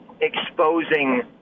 exposing